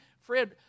Fred